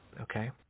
Okay